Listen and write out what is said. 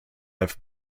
life